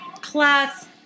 class